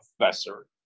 professor